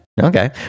okay